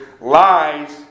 lies